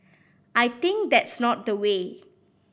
I think that's not the way